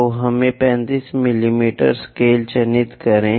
तो हमें 35 मिमी स्केल चिह्नित करें